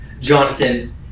Jonathan